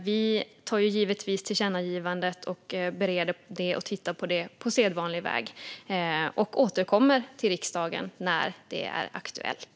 Vi tittar givetvis på tillkännagivandet och bereder det på sedvanlig väg, och vi återkommer till riksdagen när det är aktuellt.